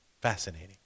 Fascinating